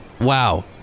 Wow